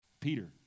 Peter